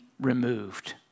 removed